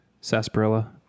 sarsaparilla